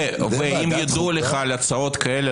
ואם ידוע לך על הצעות כאלה,